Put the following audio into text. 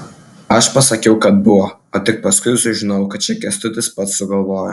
aš pasakiau kad buvo o tik paskui sužinojau kad čia kęstutis pats sugalvojo